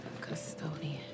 custodian